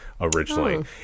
originally